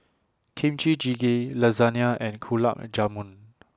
Kimchi Jjigae Lasagne and Gulab Jamun